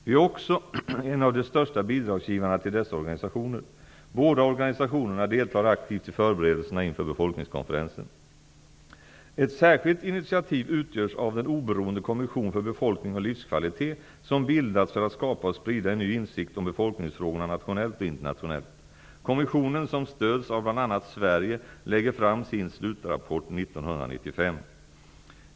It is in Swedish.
Vi är också en av de största bidragsgivarna till dessa organisationer. Båda organisationerna deltar aktivt i förberedelserna inför befolkningskonferensen. Ett särskilt initiativ utgörs av den oberoende kommission för befolkning och livskvalitet som bildats för att skapa och sprida en ny insikt om befolkningsfrågorna nationellt och internationellt. Kommissionen, som stöds av bl.a. Sverige, lägger fram sin slutrapport 1995.